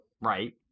right